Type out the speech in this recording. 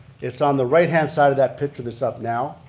it's on the right hand side of that picture that's up now,